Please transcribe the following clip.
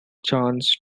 chance